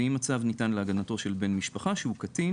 ואם הצו ניתן להגנתו של בן משפחה שהוא קטין